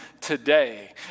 today